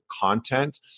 content